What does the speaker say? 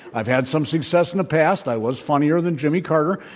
i've had some success in the past. i was funnier than jimmy carter,